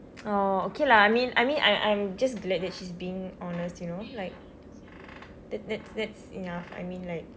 oh okay lah I mean I mean I'm I'm just glad that she's being honest you know like that that's that's enough I mean like